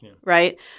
right